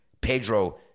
Pedro